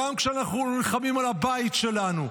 גם כשאנחנו נלחמים על הבית שלנו,